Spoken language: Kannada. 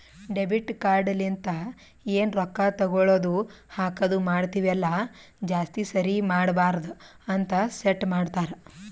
ಡೆಬಿಟ್ ಕಾರ್ಡ್ ಲಿಂತ ಎನ್ ರೊಕ್ಕಾ ತಗೊಳದು ಹಾಕದ್ ಮಾಡ್ತಿವಿ ಅಲ್ಲ ಜಾಸ್ತಿ ಸರಿ ಮಾಡಬಾರದ ಅಂತ್ ಸೆಟ್ ಮಾಡ್ತಾರಾ